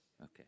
Okay